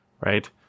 right